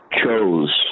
chose